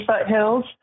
foothills